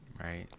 Right